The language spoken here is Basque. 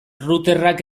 routerrak